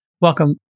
Welcome